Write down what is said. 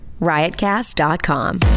Riotcast.com